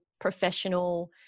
professional